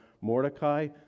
Mordecai